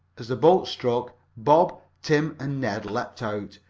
as the boat struck, bob, tim and ned leaped out,